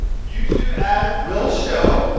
youtube ads will show,